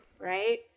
right